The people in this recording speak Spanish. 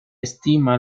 estima